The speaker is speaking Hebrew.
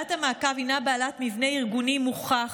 ועדת המעקב היא בעלת מבנה ארגוני מוכח